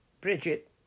Bridget